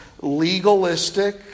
legalistic